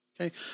Okay